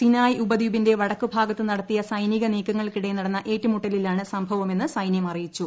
Sinai ഉപദ്വീപിന്റെ വടക്കുഭാഗത്തു നടത്തിയ സൈനിക നീക്കങ്ങൾക്കിടെ നടന്ന ഏറ്റുമുട്ടിലിലാണ് സംഭവമെന്ന് സൈന്യം അറിയിച്ചു